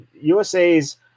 USA's